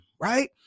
right